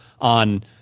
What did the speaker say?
on